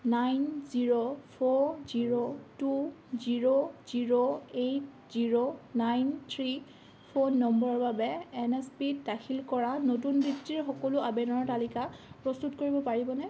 nine zero four zero two zero zero eight zero nine three phone নম্বৰৰ বাবে N S P দাখিল কৰা নতুন বৃত্তিৰ সকলো আবেদনৰ তালিকা প্ৰস্তুত কৰিব পাৰিবনে